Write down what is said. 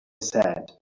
said